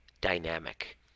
dynamic